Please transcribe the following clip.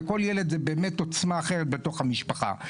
וכל ילד זה באמת עוצמה אחרת בתוך המשפחה.